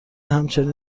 همچنین